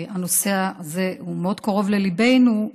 והנושא הזה מאוד קרוב לליבנו,